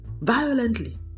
violently